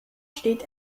steht